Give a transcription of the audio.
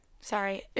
sorry